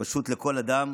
פשוט לכל אדם,